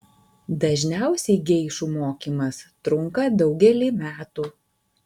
dažniausiai geišų mokymas trunka daugelį metų